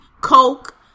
Coke